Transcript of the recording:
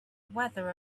weather